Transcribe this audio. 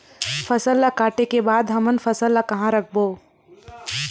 फसल ला काटे के बाद हमन फसल ल कहां रखबो?